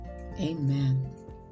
Amen